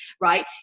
right